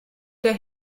der